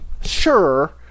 sure